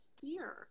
fear